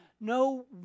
No